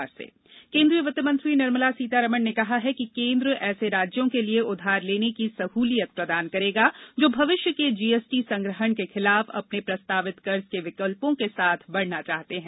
GST केन्द्रीय वित्तमंत्री निर्मला सीतारमण ने कहा है कि केन्द्र ऐसे राज्यों के लिये उधार लेने की सहुलियत प्रदान करेगा जो भविष्य के जीएसटी संग्रहण के खिलाफ अपने प्रस्तावित कर्ज के विकल्पों के साथ बढना चाहते हैं